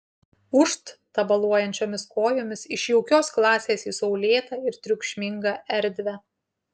ūžt tabaluojančiomis kojomis iš jaukios klasės į saulėtą ir triukšmingą erdvę